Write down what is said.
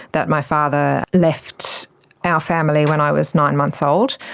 that my father left our family when i was nine months old.